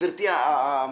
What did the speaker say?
גברתי המפקחת.